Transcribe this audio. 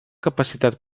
capacitat